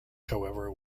however